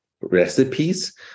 recipes